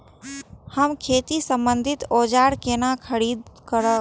हम खेती सम्बन्धी औजार केना खरीद करब?